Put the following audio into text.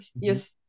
yes